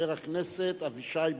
חבר הכנסת אבישי ברוורמן.